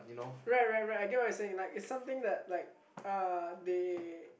right right right I get what you saying like is something that like uh they